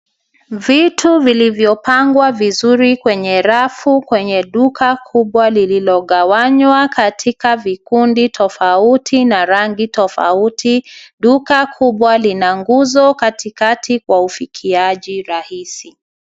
Vitu vilivyopangwa vizuri kwenye rafu, kwenye duka kubwa lililogawanywa katika vikundi tofauti na rangi tofauti. Duka kubwa lina nguzo, katikati, kwa ufikiaji rahisi.